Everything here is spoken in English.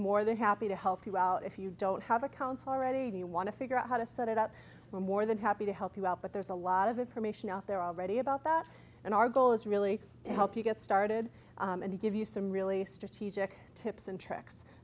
more than happy to help you out if you don't have a counsel ready to you want to figure out how to set it up for more than happy to help you out but there's a lot of information out there already about that and our goal is really help you get started and to give you some really strategic tips and tricks